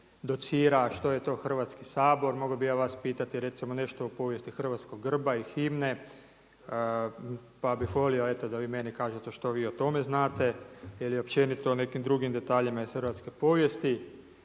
docira što je to Hrvatski sabor. Mogao bih ja vas pitati recimo nešto o povijesti hrvatskog grba i himne, pa bih volio eto da vi meni kažete što vi o tome znate ili općenito o nekim drugim detaljima iz hrvatske povijesti.